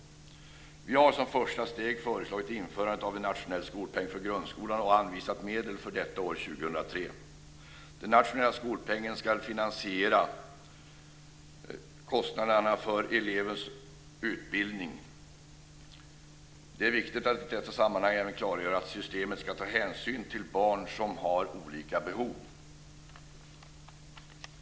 Vi har som första steg föreslagit ett införande av en nationell skolpeng för grundskolan och anvisat medel för detta år 2003. Den nationella skolpengen ska finansiera kostnaderna för elevens utbildning. Det är viktigt att i detta sammanhang även klargöra att systemet ska ta hänsyn till att barn har olika behov.